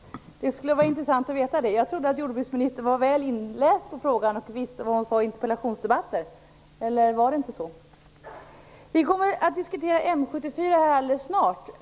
Det skulle vara intressant att få veta det. Jag trodde att jordbruksministern var väl inläst på frågan och visste vad hon sade i interpellationsdebatten. Var det inte så? Vi kommer att diskutera M 74 snart.